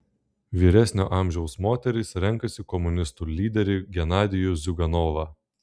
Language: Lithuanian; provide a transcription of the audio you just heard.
vyresnio amžiaus moterys renkasi komunistų lyderį genadijų ziuganovą